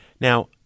Now